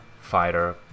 fighter